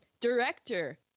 Director